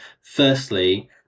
Firstly